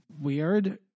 weird